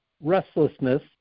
restlessness